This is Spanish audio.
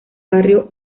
barrio